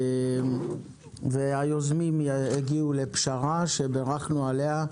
היוזמים הגיעו לפשרה, שבירכנו עליה,